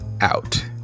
out